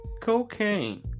cocaine